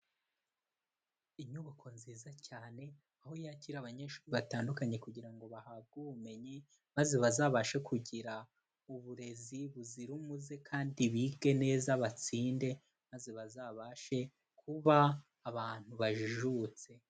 Inyubako nziza cyane, aho yakira abanyeshuri batandukanye kugira ngo bahabwe ubumenyi maze bazabashe kugira uburezi buzira umuze kandi bige neza, batsinde, maze bazabashe kuba abantu bajijutse.